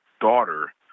daughter